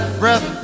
breath